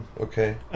Okay